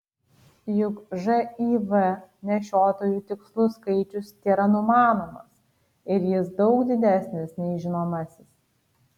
juk živ nešiotojų tikslus skaičius tėra numanomas ir jis daug didesnis nei žinomasis